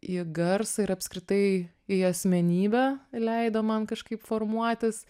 į garsą ir apskritai į asmenybę leido man kažkaip formuotis